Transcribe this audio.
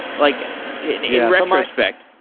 like in retrospect.